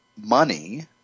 money